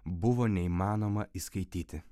buvo neįmanoma įskaityti